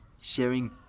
sharing